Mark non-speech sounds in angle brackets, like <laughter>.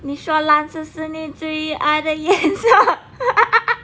你说蓝色是你最爱的颜色 <laughs>